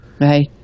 Right